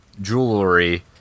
jewelry